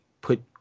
put